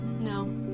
No